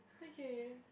okay